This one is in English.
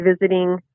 visiting